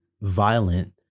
violent